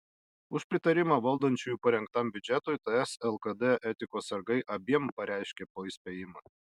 už pritarimą valdančiųjų parengtam biudžetui ts lkd etikos sargai abiem pareiškė po įspėjimą